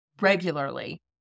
regularly